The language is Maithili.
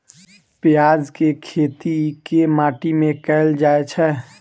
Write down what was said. प्याज केँ खेती केँ माटि मे कैल जाएँ छैय?